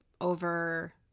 over